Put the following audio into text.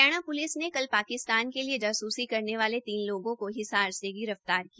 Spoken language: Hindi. हरियाणा पुलिस ने कल पाकिस्तान के लिए जासूसी करने वाले तीन लोगों को हिसार से गिरफ्तार किया